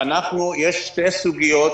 שתי סוגיות,